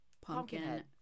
pumpkin